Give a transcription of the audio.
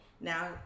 now